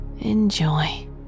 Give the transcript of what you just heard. enjoy